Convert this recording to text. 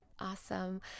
awesome